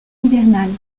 hivernales